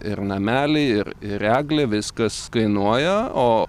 ir nameliai ir ir eglė viskas kainuoja o